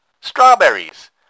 Strawberries